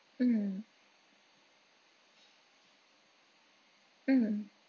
mm mm